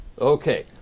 Okay